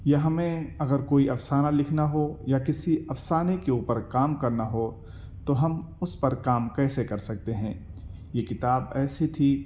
یا ہمیں اگر کوئی افسانہ لکھنا ہو یا کسی افسانے کے اوپر کام کرنا ہو تو ہم اس پر کام کیسے کر سکتے ہیں یہ کتاب ایسی تھی